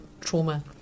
trauma